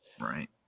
Right